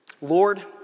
Lord